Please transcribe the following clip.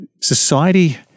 society